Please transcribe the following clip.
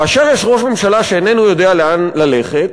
כאשר יש ראש ממשלה שאיננו יודע לאן ללכת,